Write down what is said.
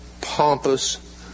pompous